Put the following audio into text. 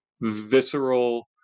visceral